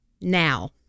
Now